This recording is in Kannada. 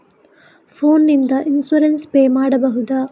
ಫೋನ್ ನಿಂದ ಇನ್ಸೂರೆನ್ಸ್ ಪೇ ಮಾಡಬಹುದ?